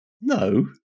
No